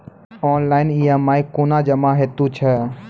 Online EMI कूना जमा हेतु छै?